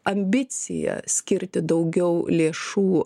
ambicija skirti daugiau lėšų